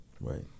right